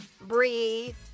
breathe